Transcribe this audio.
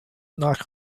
knock